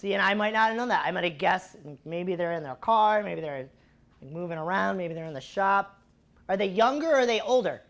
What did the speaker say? see and i might not know that i'm at a guess and maybe they're in their car maybe they're moving around maybe they're in the shop are they younger or are they older